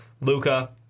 Luca